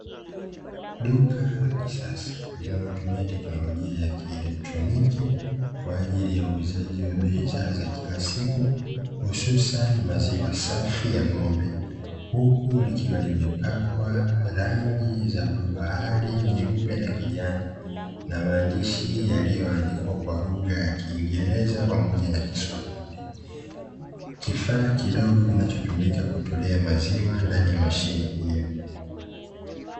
Duka la kisasa linalotumia teknolojia ya kielektroniki kwa ajili ya uuzaji wa bidhaa za kila siku hususani maziwa masafi ya ng'ombe, huku likiwa limepakwa rangi za bluu bahari, nyeupe na kijani na maandishi yaliyoandikwa kwa lugha ya kiingereza pamoja na kiswahili. Kifaa kidogo kinachotumika kutolea maziwa ndani ya mashine hiyo.